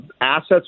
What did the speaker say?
assets